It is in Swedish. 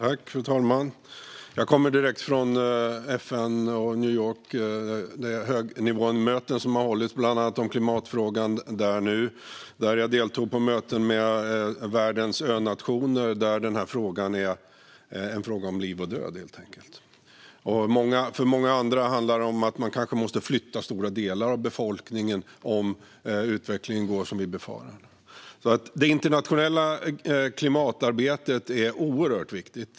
Fru talman! Jag kommer direkt från FN och New York och de högnivåmöten som har hållits där om bland annat klimatfrågan. Jag deltog på möten med världens önationer, där denna fråga helt enkelt är en fråga om liv och död. För många andra handlar det om att man kanske måste flytta stora delar av befolkningen om utvecklingen blir som vi befarar. Det internationella klimatarbetet är oerhört viktigt.